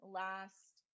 last